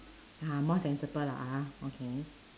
ah more sensible lah ah okay